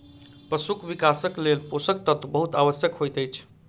पशुक विकासक लेल पोषक तत्व बहुत आवश्यक होइत अछि